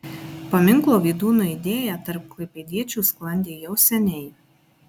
paminklo vydūnui idėja tarp klaipėdiečių sklandė jau seniai